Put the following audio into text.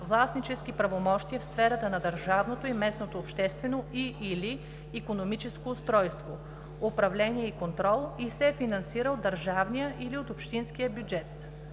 властнически правомощия в сферата на държавното и местното обществено и/или икономическо устройство, управление и контрол, и се финансира от държавния или от общинския бюджет.